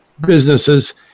businesses